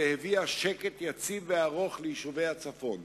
והביאה שקט יציב וארוך ליישובי הצפון.